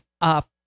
up